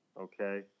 Okay